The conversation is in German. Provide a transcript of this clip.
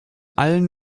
allen